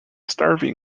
starving